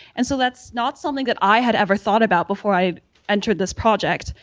and so that's not something that i had ever thought about before i entered this project.